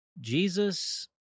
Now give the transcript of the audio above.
Jesus